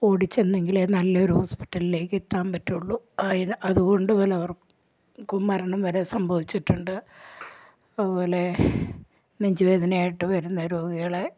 ഓടിച്ചെന്നെങ്കിലേ നല്ലൊരു ഹോസ്പിറ്റലിലേക്ക് എത്താൻ പറ്റുള്ളൂ ആയ് അതുകൊണ്ട് പലർക്കും മരണം വരെ സംഭവിച്ചിട്ടുണ്ട് അതുപോലെ നെഞ്ചു വേദനയായിട്ട് വരുന്ന രോഗികളെ